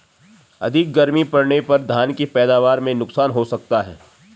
अधिक गर्मी पड़ने पर धान की पैदावार में नुकसान हो सकता है क्या?